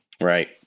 Right